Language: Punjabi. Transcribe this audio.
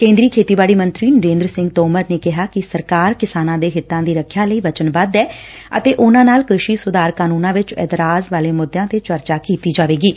ਕੇ ਂਦਰੀ ਖੇਤੀਬਾਤੀ ਮੰਤਰੀ ਨਰਿੰਦਰ ਸਿੰਘ ਤੋਮਰ ਨੇ ਕਿਹਾ ਕਿ ਸਰਕਾਰ ਕਿਸਾਨਾਂ ਦੇ ਹਿੱਤਾਂ ਦੀ ਰੱਖਿਆ ਲਈ ਵਚਨਬੱਧ ਐ ਅਤੇ ਉਨਾਂ ਨਾਲ ਕ੍ਰਿਸ਼ੀ ਸੁਧਾਰ ਕਾਨੁੰਨਾਂ ਵਿਚ ਇਤਰਾਜ ਵਾਲੇ ਮੁੱਦਿਆਂ ਤੇ ਚਰਚਾ ਕੀਤੀ ਜਾਵੇਗੀ